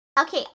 Okay